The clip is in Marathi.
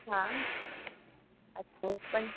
हां अच्छा पण